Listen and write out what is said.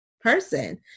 person